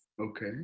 Okay